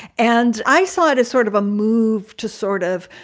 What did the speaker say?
and i saw it as sort of a move to sort of.